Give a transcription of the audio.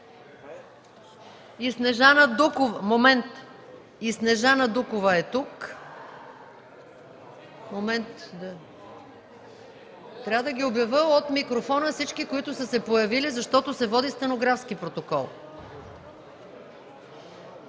Иванова Коцева - тук Трябва да обявя от микрофона всички, които са се появили, защото се води стенографски протокол.